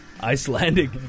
Icelandic